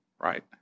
Right